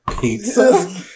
pizza